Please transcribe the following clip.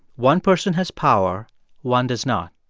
one person has power one does not.